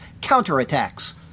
counterattacks